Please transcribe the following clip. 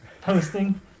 posting